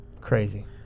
Crazy